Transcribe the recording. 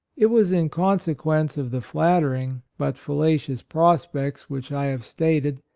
it was in consequence of the flattering, but fallacious prospects which i have stated,